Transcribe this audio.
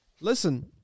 Listen